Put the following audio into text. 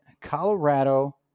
Colorado